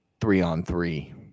three-on-three